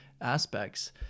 aspects